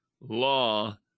law